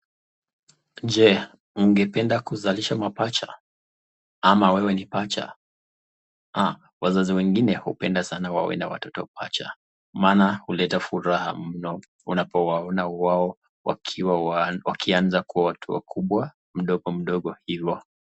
Je ungependa kuzalisha mapacha? Ama wewe ni pacha? A ,Wazazi wengine hupenda sana wawe na watoto pacha, maana huleta furahia mno unapowaona wao wakiwa wakianza kuwa watu wakubwa mdogomdogo hivyo.